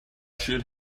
should